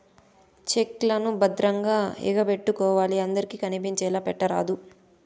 check లను భద్రంగా ఎగపెట్టుకోవాలి అందరికి కనిపించేలా పెట్టరాదు